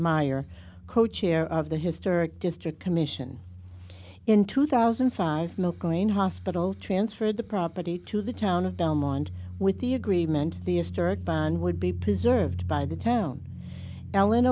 meyer co chair of the historic district commission in two thousand and five mclean hospital transferred the property to the town of dumb and with the agreement the historic bond would be preserved by the town ellen